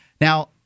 Now